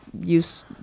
use